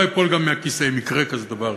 גם לא אפול מהכיסא אם יקרה כזה דבר,